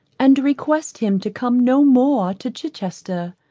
and request him to come no more to chichester.